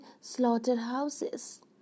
slaughterhouses